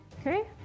Okay